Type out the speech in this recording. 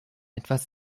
etwas